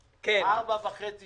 ארבע שנים וחצי